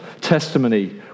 testimony